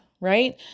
right